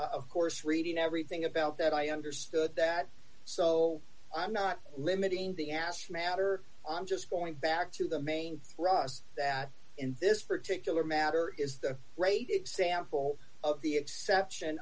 of course reading everything about that i understood that so i'm not limiting the asked matter i'm just going back to the main thrust that in this particular matter is the great example of the exception